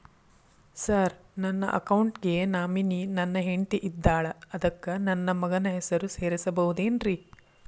Sir ನನ್ನ account ಗೆ nominee ನನ್ನ ಹೆಂಡ್ತಿ ಇದ್ದಾಳ ಅದಕ್ಕ ನನ್ನ ಮಗನ ಹೆಸರು ಸೇರಸಬಹುದೇನ್ರಿ?